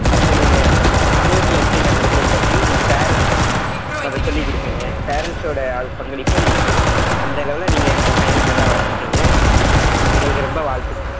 மற்ற இந்த சமூகத்தில் எப்படி நடந்துக்கிறது பற்றியும் நீங்கள் பேரண்ட்ஸு மொதல் சொல்லிக் கொடுப்பிங்க பேரண்ட்ஸோடய ஆ பங்களிப்பும் முக்கியோம் அந்தளவில் நீங்கள் உங்கள் பையனை நல்லா வளர்த்துருக்கீங்க உங்களுக்கு ரொம்ப வாழ்த்துகள்